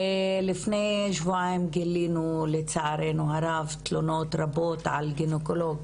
ולפני שבועיים גילינו לצערנו הרב תלונות רבות על גניקולוג